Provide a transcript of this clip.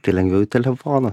tai lengviau į telefoną